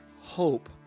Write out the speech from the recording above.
hope